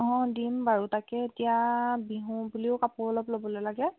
অঁ দিম বাৰু তাকে এতিয়া বিহু বুলিও কাপোৰ অলপ ল'বলৈ লাগে